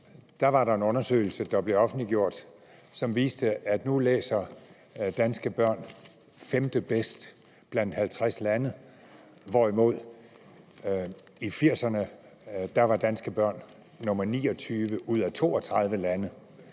siden var der en undersøgelse, der blev offentliggjort, som viste, at nu læser danske børn femtebedst blandt 50 lande, hvorimod danske børn i 1980'erne var nr. 29 ud af 32 lande.